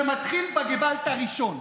שמתחיל בגעוואלד הראשון.